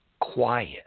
quiet